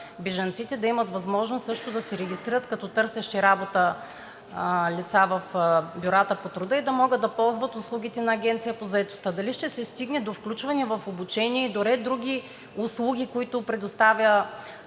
закрила, да имат възможност също да се регистрират като търсещи работа лица в бюрата по труда и да могат да ползват услугите на Агенцията по заетостта. Дали ще се стигне до включване в обучение и до ред други услуги, които предоставя